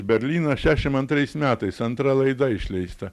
berlynas šešiašim antrais metais antra laida išleista